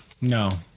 No